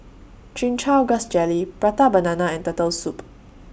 Chin Chow Grass Jelly Prata Banana and Turtle Soup